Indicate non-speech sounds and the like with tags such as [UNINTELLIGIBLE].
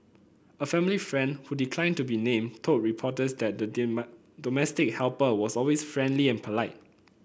a family friend who declined to be named told reporters that the [UNINTELLIGIBLE] domestic helper was always friendly and polite